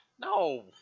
No